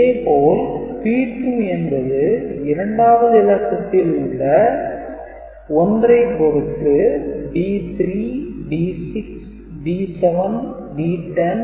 இதே போல் P2 என்பது இரண்டாவது இலக்கத்தில் உள்ள ஃ ஐப் பொருத்து D3 D6 D7 D10